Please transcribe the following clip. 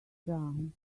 down